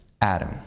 Adam